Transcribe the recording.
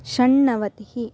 षण्णवतिः